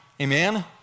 Amen